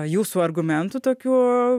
jūsų argumentų tokių